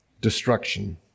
destruction